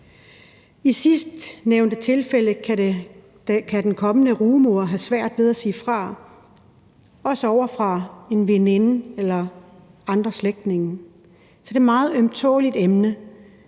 I sidstnævnte tilfælde kan den kommende rugemor have svært ved at sige fra over for en veninde eller over for slægtninge. Så det er et meget ømtåleligt emne.